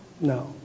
no